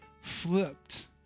flipped